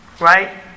Right